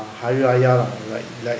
ah hari raya lah like like